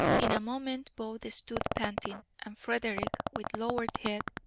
in a moment both stood panting, and frederick, with lowered head,